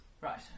Right